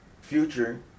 Future